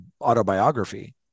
autobiography